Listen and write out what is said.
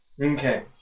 Okay